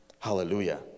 Hallelujah